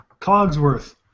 Cogsworth